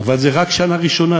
אבל זה רק שנה ראשונה.